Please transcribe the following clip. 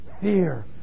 fear